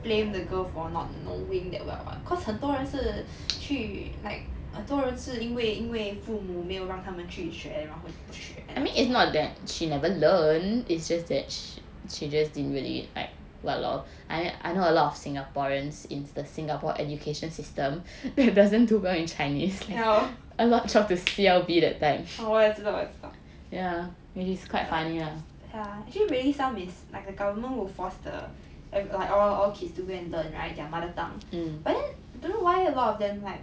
blame the girl for not knowing that well [what] cause 很多人是去 like 很多人是因为因为父母没有让他们去学然后 ya lor oh 我也知道我也知道 ya actually really some is like the government will force the all kids to go and learn right their mother tongue but don't know why a lot of them like